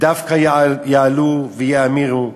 דווקא יעלו ויאמירו.